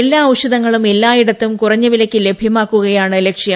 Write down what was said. എല്ലാ ഔഷധങ്ങളും എല്ലായിടത്തും കുറഞ്ഞ വിലയ്ക്ക് ലഭ്യമാക്കുകയാണ് ലക്ഷ്യം